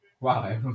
Wow